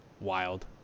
Wild